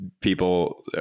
people